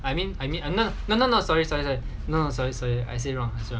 I mean I mean enough no no not sorry sorry as sorry sorry I say wrong